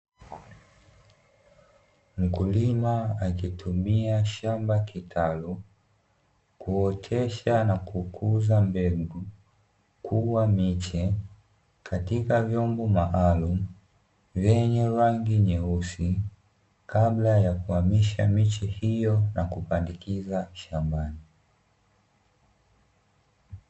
Mkulima akitumia shamba kitalu kuotesha na kukuza mbegu kuwa miche katika vyombo maalumu vyenye rangi nyeusi, kabla ya kuhamisha miche hiyo na kupandikiza shambani.